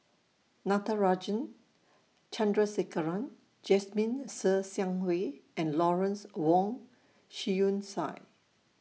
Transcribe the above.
Natarajan Chandrasekaran Jasmine Ser Xiang Wei and Lawrence Wong Shyun Tsai